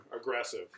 aggressive